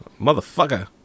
Motherfucker